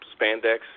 spandex